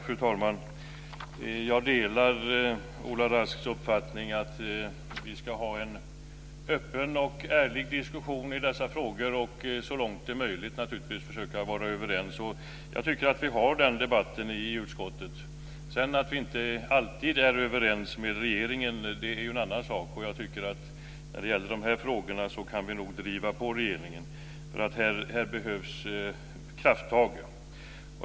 Fru talman! Jag delar Ola Rasks uppfattning att vi ska ha en öppen och ärlig diskussion i dessa frågor, och så långt det är möjligt försöka vara överens. Jag tycker att vi har den debatten i utskottet. Att vi sedan inte alltid är överens med regeringen är en annan sak. När det gäller dessa frågor kan vi nog driva på regeringen. Här behövs krafttag.